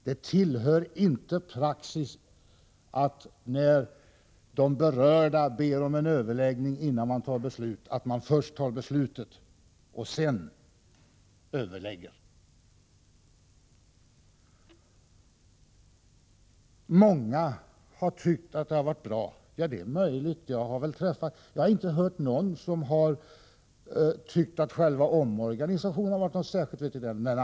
Det tillhör inte praxis när de berörda ber om en överläggning att man först fattar beslutet och sedan överlägger. Många har tyckt att den nya ordningen fungerat bra, säger kommunikationsministern. Det är möjligt. Jag har inte hört någon som har något att invända mot själva omorganisationen.